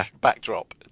backdrop